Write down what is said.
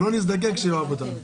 שלא נזדקק שהוא יאהב אותנו.